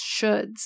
shoulds